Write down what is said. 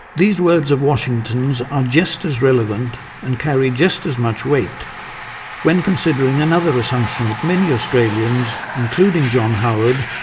these words of washington's are just as relevant and carry just as much weight when considering another assumption that many australians, including john howard,